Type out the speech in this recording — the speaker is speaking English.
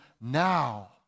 now